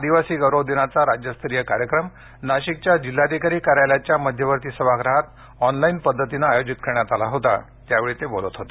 आदिवासी गौरव दिनाचा राज्य स्तरीय कार्यक्रम नाशिकच्याजिल्हाधिकारी कार्यालयाच्या मध्यवर्ती सभागृहात ऑनलाईन पद्धतीने आयोजित करण्यात आला होता त्यावेळी ते बोलत होते